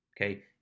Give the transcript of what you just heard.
okay